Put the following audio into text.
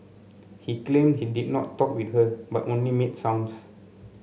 he claimed he did not talk with her but only made sounds